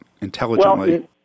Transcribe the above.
intelligently